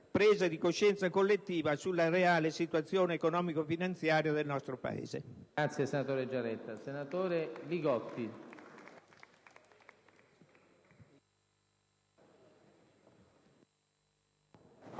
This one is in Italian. presa di coscienza collettiva sulla reale situazione economico-finanziaria del nostro Paese.